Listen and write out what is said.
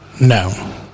no